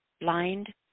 Blind